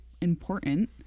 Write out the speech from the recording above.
important